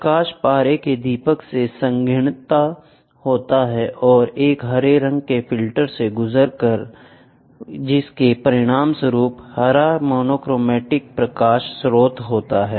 प्रकाश पारा के दीपक से संघनित होता है और एक हरे रंग के फिल्टर से होकर गुजरता है जिसके परिणामस्वरूप हरा मोनोक्रोमैटिक प्रकाश स्रोत होता है